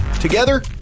Together